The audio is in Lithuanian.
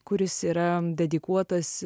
kuris yra dedikuotas